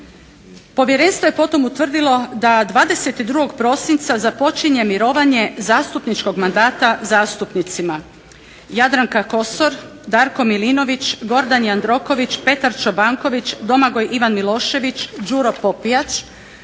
Povjerenstvo je potom utvrdilo da 22. prosinca započinje mirovanje zastupničkog mandata zastupnicima: Jadranka Kosor, Darko Milinović, Gordan Jandroković, Petar Čobanković, Domagoj Ivan Milošević, Đuro Popijač,